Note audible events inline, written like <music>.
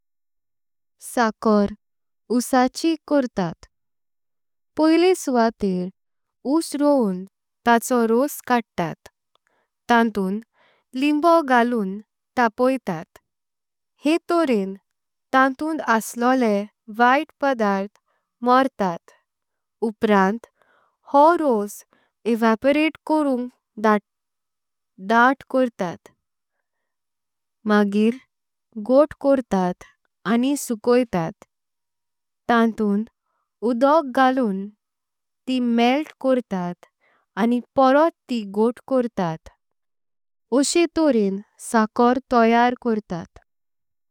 साकार उस्साची करतेत पहिले सुवातेर उस्स। रोवून ताचो रोस काडतात तांतून लिम्बो। घालून तापोईतात हे तोरें तांतून असलोले। वैत्त पदार्थ मोरतात उपरांत हो रोस एव्हपोरेट। करून धात <hesitation> करतेत हे। मागीर घोट्ट करतेत आनी सुकाईतात तांतून। उदोक घालून ती मेल्ट करतेत आनी पोरोट। ती घोट्ट करतेत ओक्से तोरें साकार तोयर करतेत।